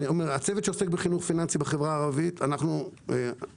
הצוות שעוסק בחינוך פיננסי בחברה הערבית יש